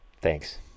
Thanks